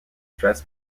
stress